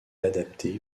adaptée